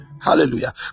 hallelujah